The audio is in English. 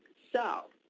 so